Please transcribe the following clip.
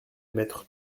mettre